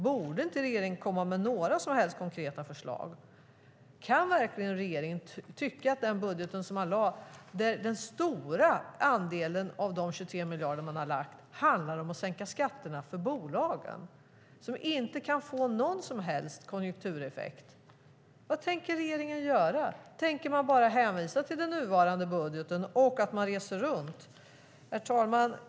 Borde inte regeringen komma med några som helst konkreta förslag? Kan verkligen regeringen tycka att det räcker med den budget som man har lagt fram? Den stora andelen av de 23 miljarder man har anslagit där handlar ju om att sänka skatterna för bolagen, och det kan inte få någon som helst konjunktureffekt. Vad tänker regeringen göra? Tänker man bara hänvisa till den nuvarande budgeten och att man reser runt? Herr talman!